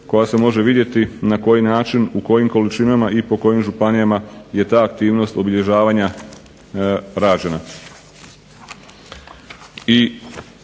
koja se može vidjeti na koji način, u kojim količinama i po kojim županijama je ta aktivnost obilježavanja rađena.